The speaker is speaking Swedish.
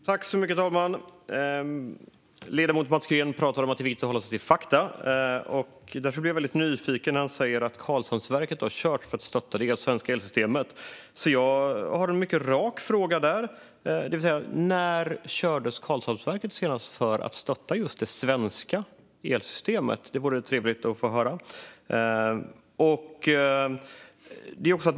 Fru talman! Ledamoten Mats Green pratar om att det är viktigt att hålla sig till fakta. Därför blir jag väldigt nyfiken när han säger att Karlshamnsverket har körts för att stötta det svenska elsystemet. Jag har en mycket rak fråga där: När kördes Karlshamnsverket senast för att stötta just det svenska elsystemet? Det vore trevligt att få höra det.